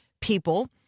people